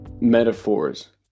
metaphors